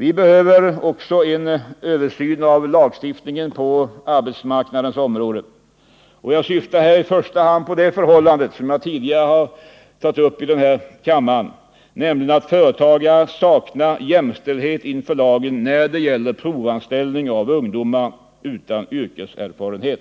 Vi behöver också en översyn av lagstiftningen på arbetsmarknadens område. Jag syftar i första hand på ett förhållande som jag tidigare har berört här i kammaren, nämligen att företagare saknar jämställdhet inför lagen när det gäller provanställning av ungdomar utan yrkeserfarenhet.